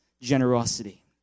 generosity